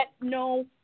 no